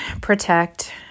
protect